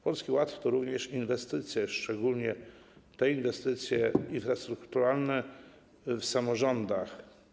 Polski Ład to również inwestycje, szczególnie inwestycje infrastrukturalne w samorządach.